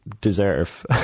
deserve